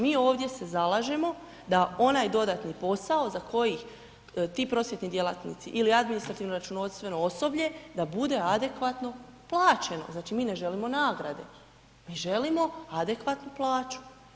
Mi ovdje se zalažemo da onaj dodatni posao za koji ti prosvjetni djelatnici ili administrativno računovodstveno osoblje da bude adekvatno plaćeno, znači mi ne želimo nagrade, mi želimo adekvatnu plaću.